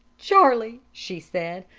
charlie! she said,